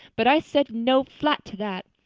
but i said no flat to that.